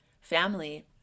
family